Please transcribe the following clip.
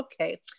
okay